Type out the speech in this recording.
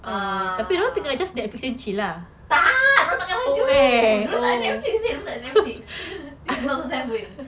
ah tak dia orang tak pakai baju dia tak netflix tak ada netflix buang seven